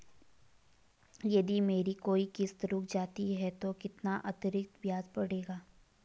यदि मेरी कोई किश्त रुक जाती है तो कितना अतरिक्त ब्याज पड़ेगा?